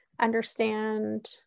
understand